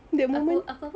apa apa apa